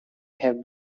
have